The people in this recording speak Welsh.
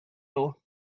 nhw